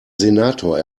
senator